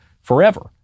forever